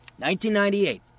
1998